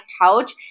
couch